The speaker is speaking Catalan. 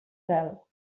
cel